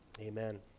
Amen